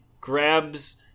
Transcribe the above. grabs